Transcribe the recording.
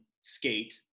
skate